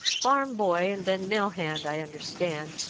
farm-boy and then mill-hand, i understand.